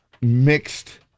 mixed